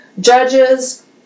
judges